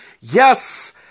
Yes